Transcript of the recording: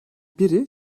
biri